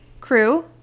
crew